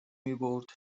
میبرد